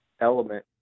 element